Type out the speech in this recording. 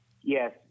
yes